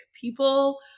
people